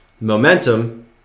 momentum